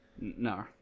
No